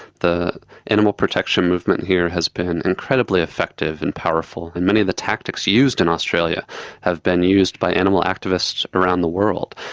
the animal protection movement here has been incredibly effective and powerful, and many of the tactics used in australia have been used by animal activists around the world.